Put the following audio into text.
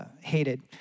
hated